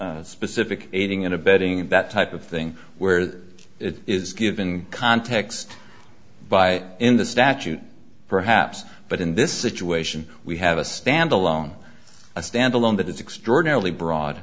specific aiding and abetting that type of thing where it is given context by in the statute perhaps but in this situation we have a stand alone a stand alone that is extraordinarily broad